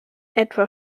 etwa